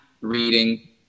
reading